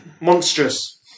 monstrous